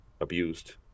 abused